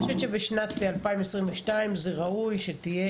אני חושבת שבשנת 2022 זה ראוי שתהיה